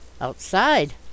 Outside